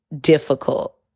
difficult